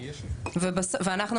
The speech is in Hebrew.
ואנחנו,